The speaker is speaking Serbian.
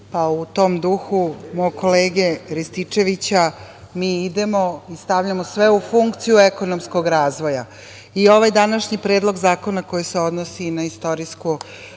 u tom duhu mog kolege Rističevića mi idemo i stavljamo sve u funkciju ekonomskog razvoja. I ovaj današnji predlog zakona koji se odnosi na istorijsku